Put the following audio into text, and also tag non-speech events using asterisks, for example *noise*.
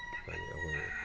*unintelligible*